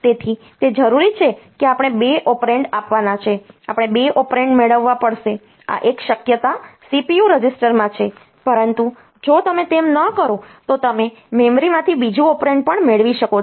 તેથી તે જરૂરી છે કે આપણે 2 ઓપરેન્ડ આપવાના છે આપણે 2 ઓપરેન્ડ મેળવવા પડશે આ એક શક્યતા CPU રજિસ્ટરમાં છે પરંતુ જો તમે તેમ ન કરો તો તમે મેમરીમાંથી બીજું ઓપરેન્ડ પણ મેળવી શકો છો